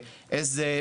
איזה,